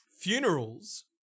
Funerals